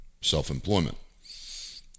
self-employment